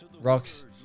Rock's